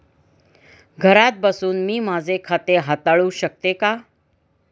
घरात बसून मी माझे खाते हाताळू शकते का?